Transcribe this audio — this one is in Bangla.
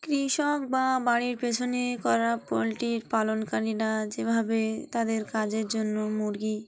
কৃষক বা বাড়ির পেছনে করা পোলট্রির পালনকারীরা যেভাবে তাদের কাজের জন্য মুরগি